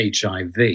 HIV